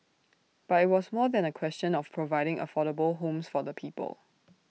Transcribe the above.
but IT was more than A question of providing affordable homes for the people